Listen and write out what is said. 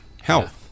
health